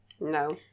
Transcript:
No